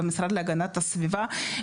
במשרד להגנת הסביבה.